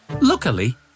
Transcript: Luckily